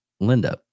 linda